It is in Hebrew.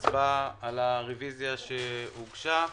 הצבעה על הרוויזיה שהוגשה.